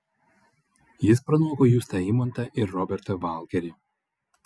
jis pranoko justą eimontą ir robertą valkerį